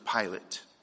Pilate